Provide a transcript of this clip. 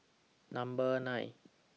Number nine